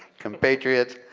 compatriots,